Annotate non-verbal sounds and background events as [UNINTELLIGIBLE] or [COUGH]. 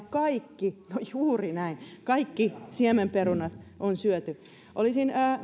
[UNINTELLIGIBLE] kaikki no juuri näin kaikki siemenperunat on syöty olisin